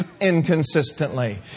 inconsistently